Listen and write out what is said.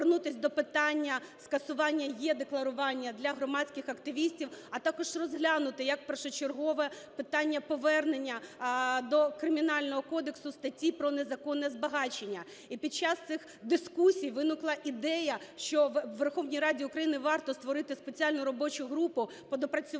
повернутися до питання скасування е-декларування для громадських активістів, а також розглянути як першочергове питання повернення до Кримінального кодексу статті про незаконне збагачення. І під час цих дискусій виникла ідея, що у Верховній Раді України варто створити спеціальну робочу групу по доопрацюванню